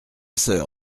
soeur